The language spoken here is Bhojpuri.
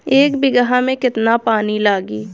एक बिगहा में केतना पानी लागी?